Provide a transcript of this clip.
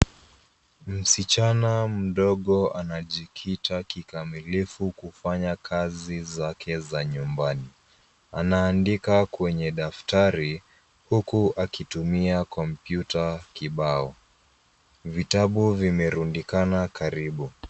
Msichana mdogo anajikita kikamilifu kufanya kazi zake za nyumbani. Anaandika kwenye daftari huku akitumia kompyuta kibao. Vitabu vimerundikana karibu.